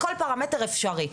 בכל פרמטר אפשרי.